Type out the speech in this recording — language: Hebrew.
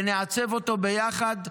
ולעצב אותו ביחד,